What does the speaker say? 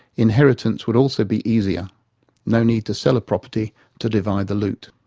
inheritance would also be easier no need to sell a property to divide the loot.